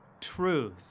truth